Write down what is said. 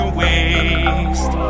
waste